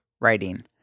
writing